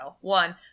one